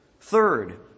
Third